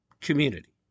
community